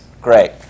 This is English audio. great